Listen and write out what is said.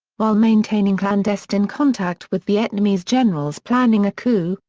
while maintaining clandestine contact with vietnamese generals planning a coup,